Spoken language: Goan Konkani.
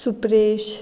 सुप्रेश